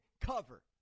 cover